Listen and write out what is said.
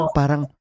parang